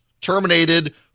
terminated